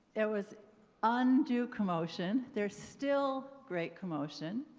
there was undue commotion, there's still great commotion.